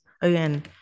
again